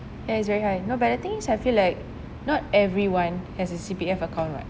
ya it's very high but the thing is I feel like not everyone has a C_P_F account right